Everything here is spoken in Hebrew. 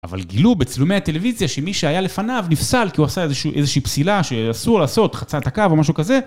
אבל גילו בצלומי הטלוויזיה שמי שהיה לפניו נפסל כי הוא עשה איזושהי פסילה שאסור לעשות חצת הקו או משהו כזה.